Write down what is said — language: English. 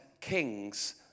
kings